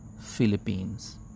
Philippines